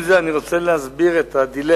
עם זה, אני רוצה להסביר את הדילמה.